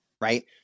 right